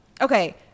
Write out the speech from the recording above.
okay